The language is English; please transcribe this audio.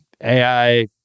AI